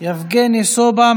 יבגני סובה,